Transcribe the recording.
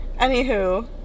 anywho